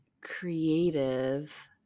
creative